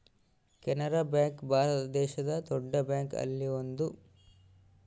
Canara bank ಭಾರತ ದೇಶದ್ ದೊಡ್ಡ ಬ್ಯಾಂಕ್ ಅಲ್ಲಿ ಒಂದು